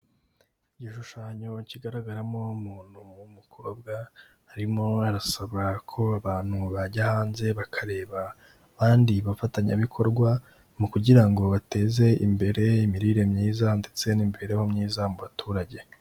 Igishushanyo kigaragaramo umuntu w'umukobwa, arimo arasaba ko abantu bajya hanze bakareba abandi bafatanyabikorwa mu kugira ngo bateze imbere imirire myiza ndetse n'imibereho myiza mu baturage.